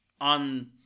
on